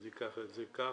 אז ניקח את זה כך.